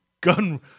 Gun